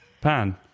Pan